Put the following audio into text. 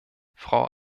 frau